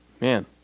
man